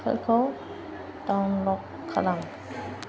फोरखौ डाउनल'ड खालाम